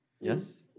Yes